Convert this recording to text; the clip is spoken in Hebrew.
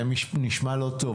זה נשמע לא טוב,